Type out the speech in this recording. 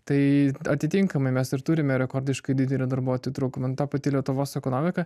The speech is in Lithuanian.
tai atitinkamai mes ir turime rekordiškai didelį darbuotojų trūkumą ta pati lietuvos ekonomika